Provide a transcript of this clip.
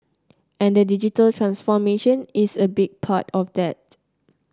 and the digital transformation is a big part of that